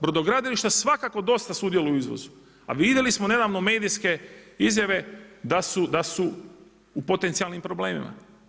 Brodogradilišta svakako dosta sudjeluju u izvozu, a vidjeli smo nedavno medijske izjave da su u potencijalnim problemima.